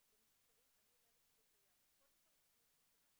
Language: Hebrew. אני אומרת שזה קיים, אבל קודם כל התוכנית צומצמה.